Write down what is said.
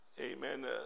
Amen